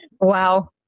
wow